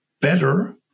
better